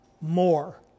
more